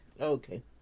Okay